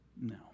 No